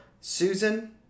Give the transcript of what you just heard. Susan